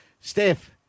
Steph